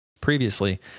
previously